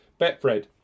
Betfred